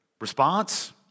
Response